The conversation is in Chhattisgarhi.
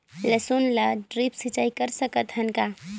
लसुन ल ड्रिप सिंचाई कर सकत हन का?